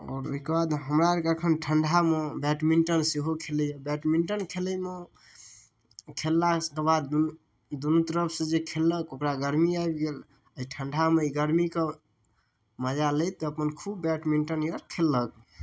आओर ओइके बाद हमरा अरके एखन ठण्डामे बैटमिंटन सेहो खेलैए बैटमिंटन खेलैमे खेललाके बाद दुनू दुनू तरफसँ जे खेललक ओकरा गर्मी आबि गेल अइ ठण्डामे अइ गर्मीके मजा लैत अपन खूब बैटमिंटन अर खेललक